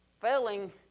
failing